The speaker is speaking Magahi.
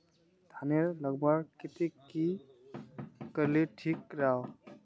धानेर लगवार केते की करले ठीक राब?